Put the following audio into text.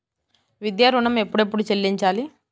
విద్యా ఋణం ఎప్పుడెప్పుడు చెల్లించాలి?